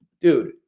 dude